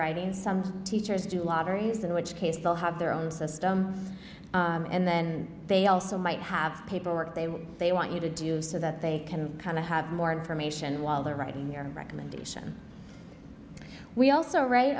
writing some teachers do lotteries in which case they'll have their own system and then they also might have paperwork they want they want you to do so that they can kind of have more information while they're writing your recommendation we also write